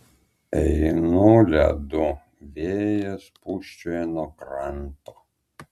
einu ledu vėjas pūsčioja nuo kranto